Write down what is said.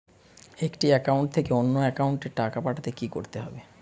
একটি একাউন্ট থেকে অন্য একাউন্টে টাকা পাঠাতে কি করতে হবে?